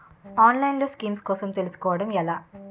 ఆన్లైన్లో స్కీమ్స్ కోసం తెలుసుకోవడం ఎలా?